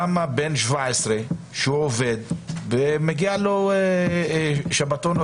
למה בין 17 שעובד ומגיע לו שבתון או